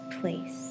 place